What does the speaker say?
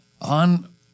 on